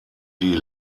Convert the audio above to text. die